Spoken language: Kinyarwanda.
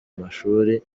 mashuri